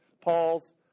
Paul's